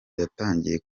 yatangiye